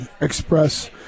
express